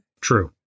True